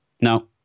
No